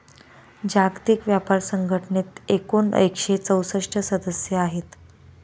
जागतिक व्यापार संघटनेत एकूण एकशे चौसष्ट सदस्य आहेत